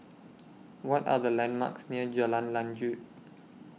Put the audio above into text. What Are The landmarks near Jalan Lanjut